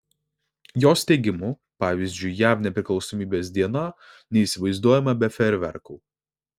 jos teigimu pavyzdžiui jav nepriklausomybės diena neįsivaizduojama be fejerverkų